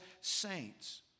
saints